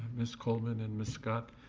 ms. coleman and ms. scott,